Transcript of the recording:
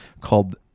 called